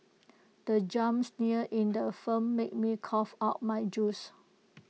the jump scare in the film made me cough out my juice